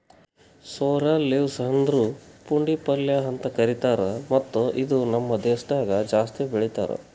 sorrel leaves ಅಂದುರ್ ಪುಂಡಿ ಪಲ್ಯ ಅಂತ್ ಕರಿತಾರ್ ಮತ್ತ ಇದು ನಮ್ ದೇಶದಾಗ್ ಜಾಸ್ತಿ ಬೆಳೀತಾರ್